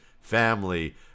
family